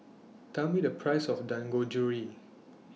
Tell Me The Price of Dangojiru